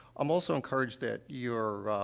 i'm also encouraged that your, ah,